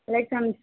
like ਸਨ